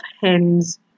hens